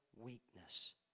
weakness